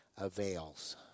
avails